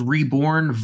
Reborn